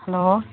hello